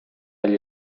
agli